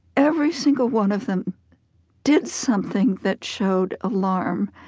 every single one of them did something that showed alarm,